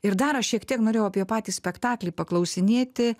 ir dar aš šiek tiek norėjau apie patį spektaklį paklausinėti